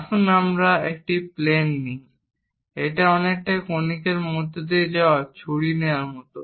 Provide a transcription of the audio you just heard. আসুন আমরা একটি প্লেন নিই এটা অনেকটা কনিকর মধ্য দিয়ে যাওয়া ছুরি নেওয়ার মতো